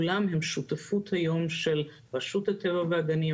כולם בשותפות היום של רשות הטבע והגנים,